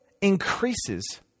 increases